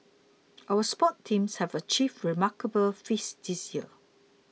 our sports teams have achieved remarkable feats this year